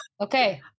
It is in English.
Okay